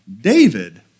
David